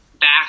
Back